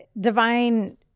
divine